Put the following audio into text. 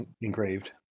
engraved